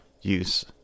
use